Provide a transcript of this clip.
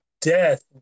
death